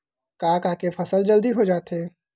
का का के फसल जल्दी हो जाथे?